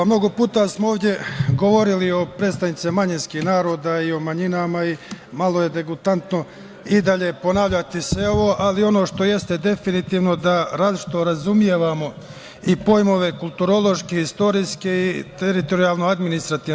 Mnogo puta smo ovde govorili o predstavnicima manjinskih naroda i o manjinama i malo je degutantno i dalje ponavljati sve ovo, ali ono što jeste definitivno da različito razumevamo i pojmove kulturološke, istorijske i teritorijalno administrativne.